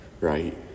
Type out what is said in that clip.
right